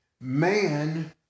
Man